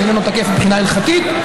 שאיננו תקף מבחינה הלכתית.